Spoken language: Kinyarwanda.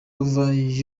over